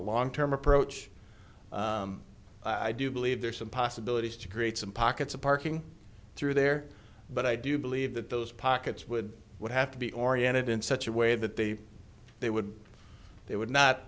a long term approach i do believe there are some possibilities to create some pockets of parking through there but i do believe that those pockets would would have to be oriented in such a way that they they would they would not